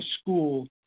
school